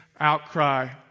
outcry